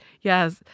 Yes